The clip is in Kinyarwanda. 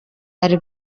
ari